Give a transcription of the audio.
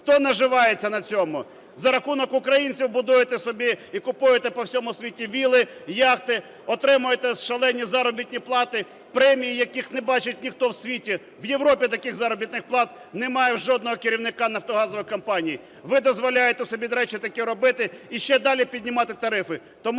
хто наживається на цьому? За рахунок українців будуєте собі і купуєте по всьому світу вілли, яхти, отримуєте шалені заробітні плати, премії, яких не бачить ніхто в світі. У Європі таких заробітних плат немає у жодного керівника нафтогазових компаній, ви дозволяєте собі, до речі, таке робити і ще далі піднімати тарифи.